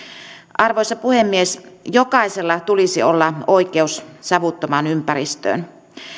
arvoisa puhemies jokaisella tulisi olla oikeus savuttomaan ympäristöön